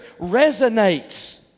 resonates